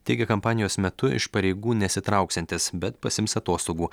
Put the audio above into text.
teigė kampanijos metu iš pareigų nesitrauksiantis bet pasiims atostogų